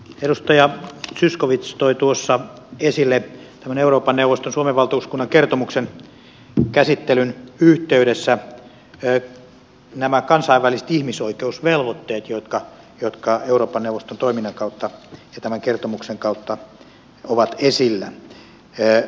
edustaja zyskowicz toi tuossa esille tämän euroopan neuvoston suomen valtuuskunnan kertomuksen käsittelyn yhteydessä nämä kansainväliset ihmisoikeusvelvoitteet jotka euroopan neuvoston toiminnan kautta ja tämän kertomuksen kautta ovat esillä